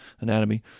anatomy